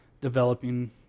developing